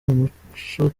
umuco